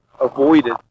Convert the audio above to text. avoided